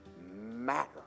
matter